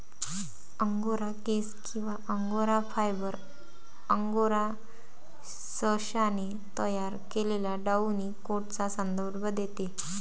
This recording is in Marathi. अंगोरा केस किंवा अंगोरा फायबर, अंगोरा सशाने तयार केलेल्या डाउनी कोटचा संदर्भ देते